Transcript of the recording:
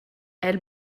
elle